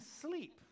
sleep